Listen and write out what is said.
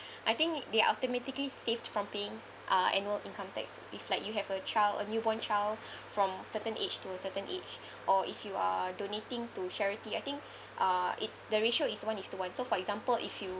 I think they are automatically saved from being uh annual income tax if like you have a child a newborn child from certain age to a certain age or if you are donating to charity I think uh it's the ratio is one is to one so for example if you